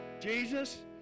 Jesus